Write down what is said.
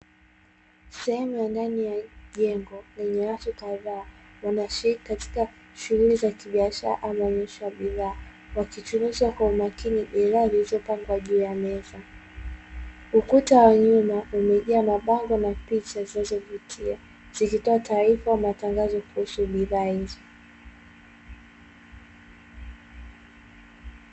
Sehemu ya ndani ya jengo lenye watu kadhaa, wanaoshiriki katika shughuli za kibiashara au maonyesho ya bidhaa, wakichunguza kwa umakini bidhaa zilizopangwa juu ya meza, ukuta wa nyumba umejaa mabango na picha zinazovutia, zikitoa taarifa na matangazo kuhusu bidhaa hizo.